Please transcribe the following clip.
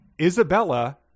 Isabella